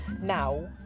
Now